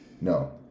No